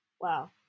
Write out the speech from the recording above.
Wow